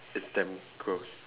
it's damn gross